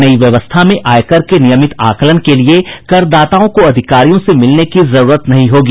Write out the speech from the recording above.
नयी व्यवस्था में आयकर के नियमित आकलन के लिए करदाताओं को अधिकारियों से मिलने की जरूरत नहीं होगी